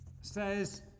says